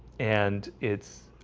and it's